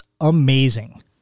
amazing